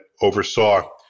oversaw